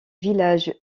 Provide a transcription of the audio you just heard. villages